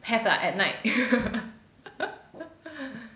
have lah at night